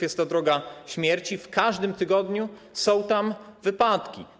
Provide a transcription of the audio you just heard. Jest to droga śmierci, w każdym tygodniu są tam wypadki.